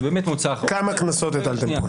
זה באמת מוצא האחרון --- כמה קנסות הטלתם כבר?